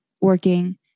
working